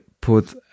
put